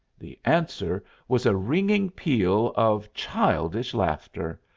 the answer was a ringing peal of childish laughter.